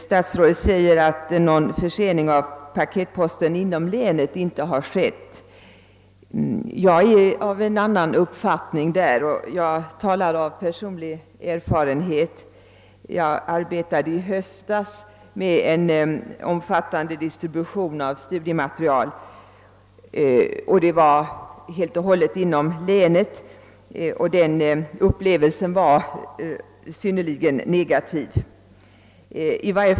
Statsrådet säger att någon försening av paketposten inte har skett inom länet. Jag är av annan uppfattning, och jag talar av personlig erfarenhet. Jag arbetade i höstas med en omfattande distribution inom länet av studiematerial. Den upplevelsen var synnerligen negativ.